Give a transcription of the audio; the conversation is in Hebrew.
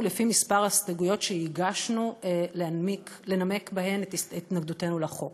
לפי מספר ההסתייגויות שהגשנו לנמק בהן את התנגדותנו לחוק,